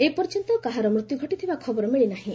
ଏପର୍ଯ୍ୟନ୍ତ କାହାର ମୃତ୍ୟୁ ଘଟିଥିବାର ଖବର ମିଳି ନାହିଁ